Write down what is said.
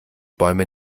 bäume